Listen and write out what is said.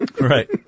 Right